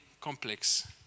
complex